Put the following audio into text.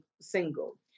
single